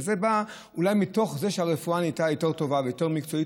וזה בא אולי מתוך זה שהרפואה נהייתה יותר טובה ויותר מקצועית,